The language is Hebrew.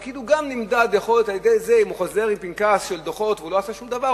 יכול להיות שפקיד גם נמדד אם הוא חוזר עם פנקס דוחות ולא עשה שום דבר,